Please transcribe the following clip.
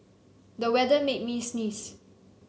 the weather made me sneeze